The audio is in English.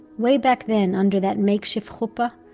way back then, under that makeshift chuppa,